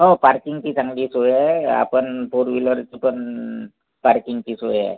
हो पार्किंगची चांगली सोय आहे आपण फोर विलरची पण पार्किंगची सोय आहे